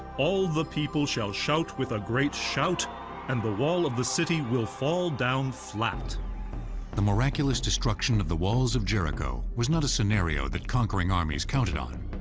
all the people shall shout with a great shout and the wall of the city will fall down flat narrator the miraculous destruction of the walls of jericho was not a scenario that conquering armies counted on.